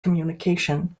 communication